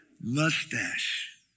mustache